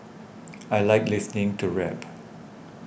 I like listening to rap